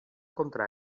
contra